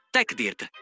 TechDirt